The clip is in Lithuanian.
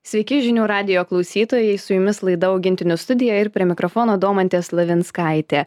sveiki žinių radijo klausytojai su jumis laida augintinių studija ir prie mikrofono domantės slavinskaitė